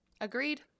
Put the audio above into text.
Agreed